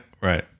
Right